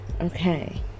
Okay